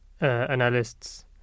analysts